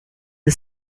the